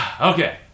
Okay